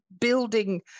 building